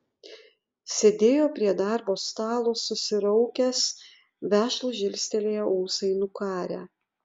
sėdėjo prie darbo stalo susiraukęs vešlūs žilstelėję ūsai nukarę